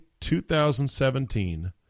2017